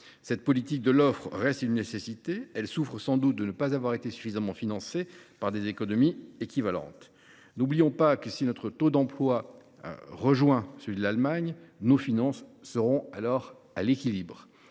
Cette politique de l’offre reste une nécessité et souffre sans doute de ne pas avoir été suffisamment financée par des économies équivalentes. Ne l’oublions pas : si notre taux d’emploi rejoint celui de l’Allemagne, alors nos finances seront à l’équilibre.